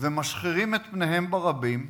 משחירים את פניהם ברבים,